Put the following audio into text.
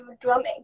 drumming